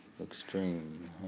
Extreme